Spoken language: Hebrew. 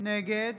נגד